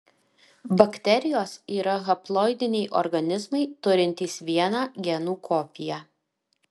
bakterijos yra haploidiniai organizmai turintys vieną genų kopiją